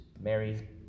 Mary